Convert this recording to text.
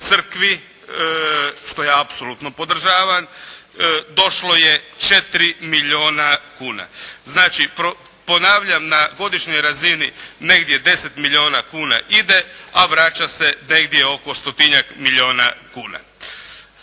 crkvi, što ja apsolutno podržavam došlo je 4 milijuna kuna. Znači, ponavljam na godišnjoj razini negdje 10 milijuna kuna ide, a vraća se negdje oko stotinjak milijuna kuna.